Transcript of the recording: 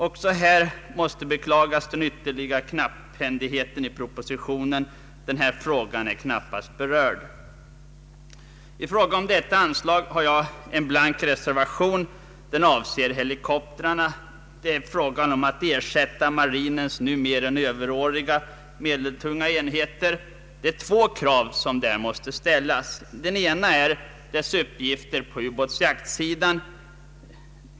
Också här måste beklagas den ytterliga knapphändigheten i propositionen. Den här frågan är knappast berörd. I fråga om detta anslag har jag avgivit en blank reservation. Den avser helikoptrarna. Det är fråga om att ersätta marinens nu mer än överåriga medeltunga enheter, och det är två krav som måste ställas. Det ena är helikoptrarnas uppgifter på ubåtsjaktsidan.